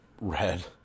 red